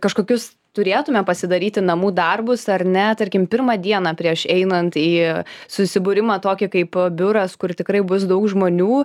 kažkokius turėtume pasidaryti namų darbus ar ne tarkim pirmą dieną prieš einant į susibūrimą tokį kaip biuras kur tikrai bus daug žmonių